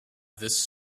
this